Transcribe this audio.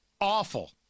awful